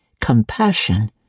compassion